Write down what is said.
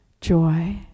joy